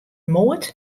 moard